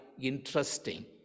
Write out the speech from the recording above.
interesting